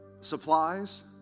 supplies